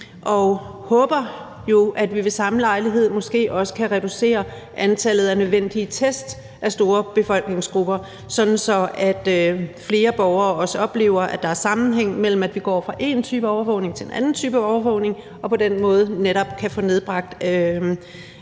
vi håber, at vi ved samme lejlighed måske også kan reducere antallet af nødvendige test af store befolkningsgrupper, sådan at flere borgere også oplever, at der er sammenhæng mellem, at vi går fra én type overvågning til en anden type overvågning, og at vi på den måde netop kan få nedbragt generne